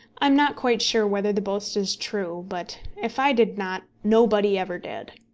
i am not quite sure whether the boast is true but if i did not, nobody ever did.